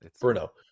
Bruno